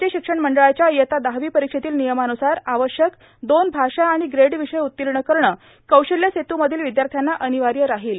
राज्य शिक्षण मंडळाच्या इयत्ता दहावी परीक्षेतील नियमानुसार आवश्यक दोन भाषा आणि ग्रेड विषय उत्तीर्ण करणे क्रैशल्य सेतू मधील विद्यार्थ्यांना अनिवार्य राहील